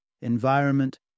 environment